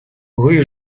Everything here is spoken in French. rue